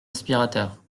aspirateur